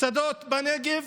שדות בנגב,